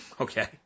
Okay